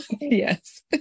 yes